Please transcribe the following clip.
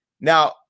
Now